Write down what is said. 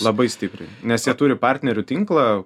labai stipriai nes jie turi partnerių tinklą